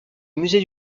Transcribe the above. musée